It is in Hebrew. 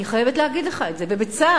אני חייבת להגיד לך את זה, ובצער: